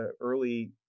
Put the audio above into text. early